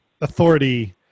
authority